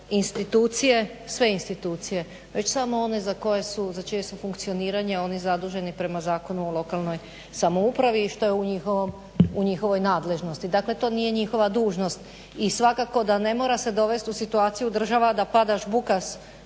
institucije, sve institucije već samo one za koje su za čije su funkcioniranje oni zaduženi prema Zakonu o lokalnoj samoupravi i što je u njihovoj nadležnosti dakle to nije njihova dužnost. I svakako da se ne mora dovesti u situaciju država da pada žbuka